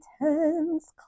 intense